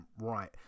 right